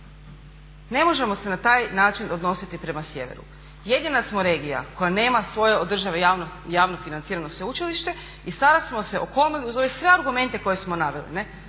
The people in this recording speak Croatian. Ne možemo se na taj način odnositi prema sjeveru. Jedina smo regija koja nema svoje od države javno financirano sveučilište i sada smo se okomili uz ove sve argumente koje smo naveli.